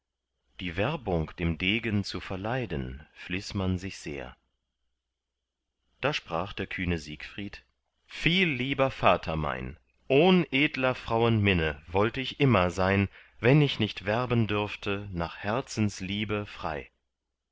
die werbung dem degen zu verleiden fliß man sich sehr da sprach der kühne siegfried viel lieber vater mein ohn edler frauen minne wollt ich immer sein wenn ich nicht werben dürfte nach herzensliebe frei